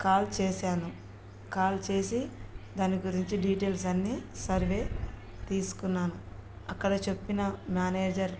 call చేశాను call చేసి దాని గురించి డీటెయిల్స్ అన్ని సర్వే తీసుకున్నాను అక్కడ చెప్పిన మేనేజర్